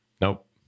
Nope